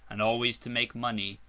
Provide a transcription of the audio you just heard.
and always to make money.